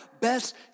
best